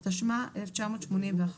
התשמ"א-1981".